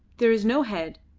there is no head,